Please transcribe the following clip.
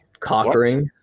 cockering